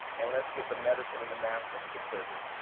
and let's get the medicine and the mask into the prisons.